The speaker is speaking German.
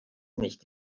nicht